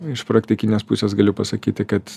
iš praktikinės pusės galiu pasakyti kad